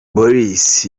boris